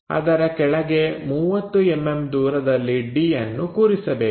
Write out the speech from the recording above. ಅದರ ಕೆಳಗೆ 30mm ದೂರದಲ್ಲಿ d ಅನ್ನು ಕೂರಿಸಬೇಕು